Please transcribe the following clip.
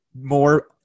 More